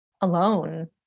alone